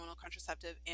contraceptive